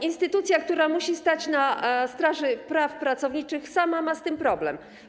Instytucja, która musi stać na straży praw pracowniczych, sama ma z tym problem.